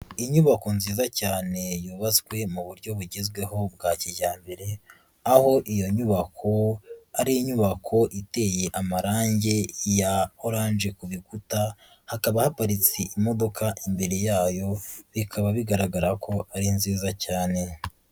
Inyubako nziza cyane yubatswe mu buryo bugezweho bwa kijyambere, aho iyo nyubako ari inyubako iteye amarangi ya oranje ku rukuta, hakaba haparitse imodoka imbere yayo, bikaba bigaragara ko ari nziza cyane.